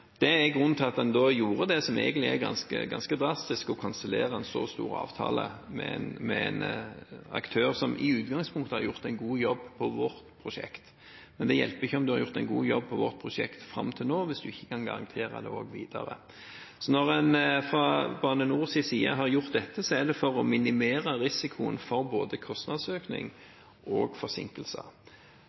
Det er grunnen til at en gjorde det som egentlig er ganske drastisk – å kansellere en så stor avtale med en aktør som i utgangspunktet har gjort en god jobb på vårt prosjekt. Men det hjelper ikke om en har gjort en god jobb på vårt prosjekt fram til nå, hvis en ikke kan garantere for det videre også. Når en fra Bane NORs side har gjort dette, er det for å minimere risikoen for både kostnadsøkning og forsinkelser.